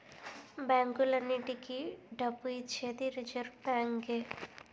బ్యాంకులన్నింటికీ డబ్బు ఇచ్చేది రిజర్వ్ బ్యాంకే